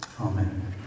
Amen